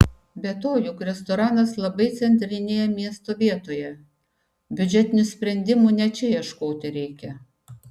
be to juk restoranas labai centrinėje miesto vietoje biudžetinių sprendimų ne čia ieškoti reikia